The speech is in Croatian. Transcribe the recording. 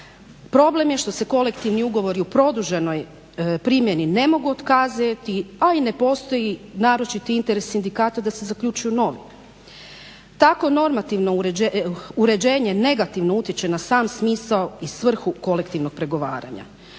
Problem je što se kolektivni ugovori u produženoj primjeni ne mogu otkazati a i ne postoji naročiti interes sindikata da se zaključuju novi. Tako normativno uređenje negativno utječe na sam smisao i svrhu kolektivnog pregovaranja.